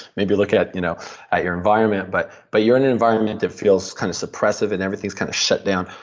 maybe look at you know at your environment. but but you're in an environment that feels kind of suppressive and everything's kind of shut down,